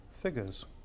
figures